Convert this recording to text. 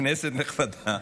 כנסת נכבדה,